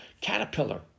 Caterpillar